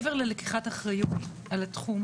מעבר ללקיחת אחריות על התחום,